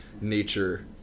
nature